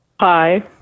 hi